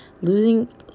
losing